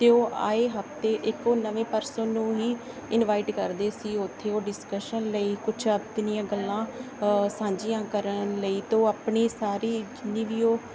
ਅਤੇ ਉਹ ਆਏ ਹਫਤੇ ਇੱਕ ਉਹ ਨਵੇਂ ਪਰਸਨ ਨੂੰ ਹੀ ਇਨਵਾਈਟ ਕਰਦੇ ਸੀ ਉੱਥੇ ਉਹ ਡਿਸਕਸ਼ਨ ਲਈ ਕੁਛ ਆਪਣੀਆਂ ਗੱਲਾਂ ਸਾਂਝੀਆਂ ਕਰਨ ਲਈ ਤੋ ਆਪਣੀ ਸਾਰੀ ਜਿੰਨੀ ਵੀ ਉਹ